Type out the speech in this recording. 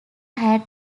had